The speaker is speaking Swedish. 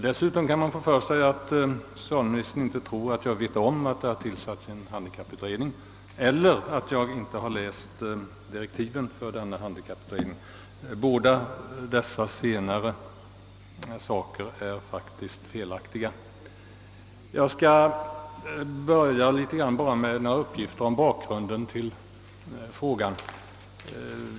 Dessutom kan man få för sig att socialministern inte tror att jag vet om att det har tillsatts en handikapputredning eller att jag har läst utredningens direktiv. Båda dessa senare ting är felaktiga. Jag skall börja med att lämna några korta uppgifter om bakgrunden till frågan.